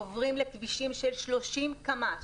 עוברים לכבישים של 30 קמ"ש.